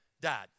died